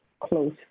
close